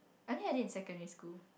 I think I did in secondary school